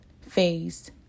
phase